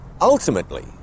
Ultimately